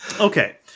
Okay